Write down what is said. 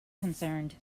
concerned